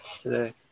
today